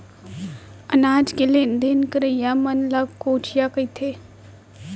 अनाज के लेन देन करइया मन ल कोंचिया कथें